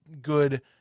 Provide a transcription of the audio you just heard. good